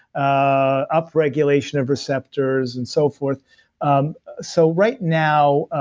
ah up regulation of receptors, and so forth um so right now,